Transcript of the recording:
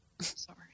Sorry